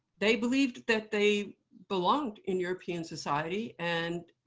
they believed that they belonged in european society, and